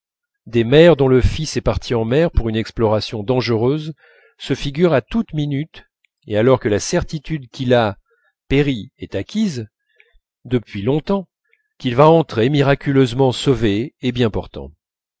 des mères dont le fils est parti en mer pour une exploration dangereuse se figurent à toute minute et alors que la certitude qu'il a péri est acquise depuis longtemps qu'il va entrer miraculeusement sauvé et bien portant